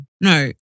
No